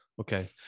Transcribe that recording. Okay